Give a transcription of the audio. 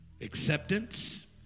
acceptance